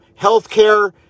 healthcare